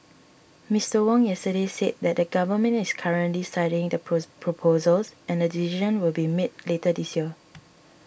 Mister Wong yesterday said that the Government is currently studying the proposals and a decision will be made later this year